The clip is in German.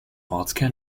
ortskern